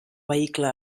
vehicle